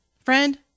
Friend